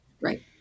Right